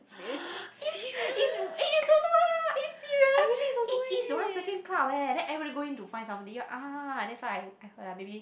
is is is eh you don't know ah are you serious it is wife searching club leh then everybody go in to find somebody then ah that's what I heard lah maybe